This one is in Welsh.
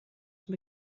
mae